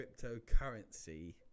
cryptocurrency